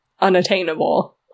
unattainable